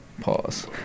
Pause